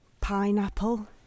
Pineapple